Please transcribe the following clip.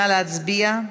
נא להצביע.